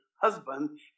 Husband